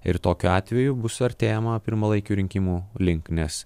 ir tokiu atveju bus artėjama pirmalaikių rinkimų link nes